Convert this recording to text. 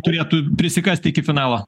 turėtų prisikasti iki finalo